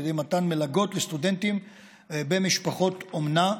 ידי מתן מלגות לסטודנטים במשפחות אומנה,